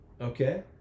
okay